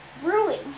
brewing